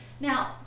Now